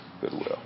goodwill